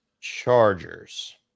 Chargers